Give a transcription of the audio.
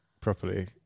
properly